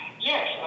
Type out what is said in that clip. Yes